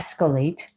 escalate